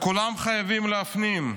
כולם חייבים להפנים: